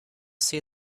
see